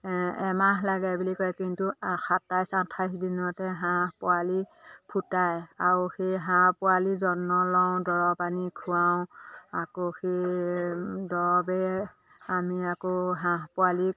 এমাহ লাগে বুলি কয় কিন্তু সাতাইছ আঠাইছ দিনতে হাঁহ পোৱালি ফুটায় আৰু সেই হাঁহ পোৱালি যত্ন লওঁ দৰৱ আনি খুৱাওঁ আকৌ সেই দৰবে আমি আকৌ হাঁহ পোৱালিক